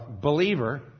believer